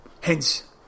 Hence